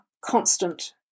constant